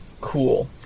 Cool